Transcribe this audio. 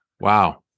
wow